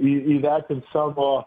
į įvertint savo